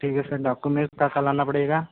ठीक है sir documents क्या क्या लाना पड़ेगा